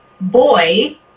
boy